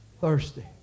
thirsty